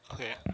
okay